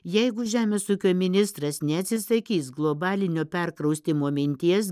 jeigu žemės ūkio ministras neatsisakys globalinio perkraustymo minties